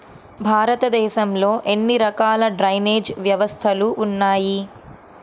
భారతదేశంలో ఎన్ని రకాల డ్రైనేజ్ వ్యవస్థలు ఉన్నాయి?